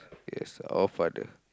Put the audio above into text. yes our father